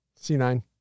C9